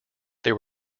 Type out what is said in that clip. there